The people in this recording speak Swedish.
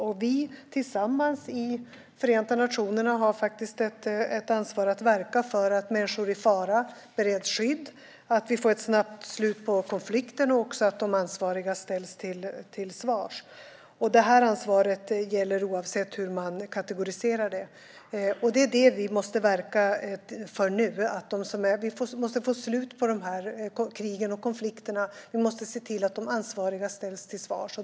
Vi har tillsammans i Förenta nationerna ett ansvar att verka för att människor i fara bereds skydd, att vi får ett snabbt slut på konflikten och att de ansvariga ställs till svars. Detta ansvar gäller oavsett hur man kategoriserar det. Vi måste nu verka för det. Vi måste få ett slut på dessa krig och konflikter. Vi måste se till att de ansvariga ställs till svars.